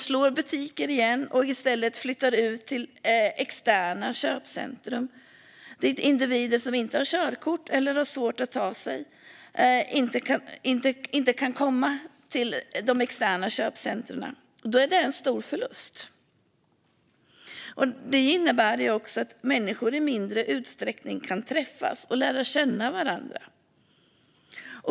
Slår butiker igen i stadskärnorna och flyttar ut till externa köpcentrum, dit individer som inte har körkort inte kan komma, är det en stor förlust. Det innebär också att människor i mindre utsträckning kan träffas och lära känna varandra.